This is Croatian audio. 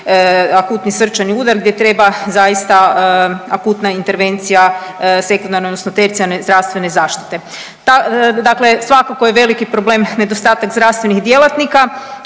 akutni srčani udar gdje treba zaista akutna intervencija sekundarne odnosno tercijarne zdravstvene zaštite. Dakle, svakako je veliki problem nedostatak zdravstvenih djelatnika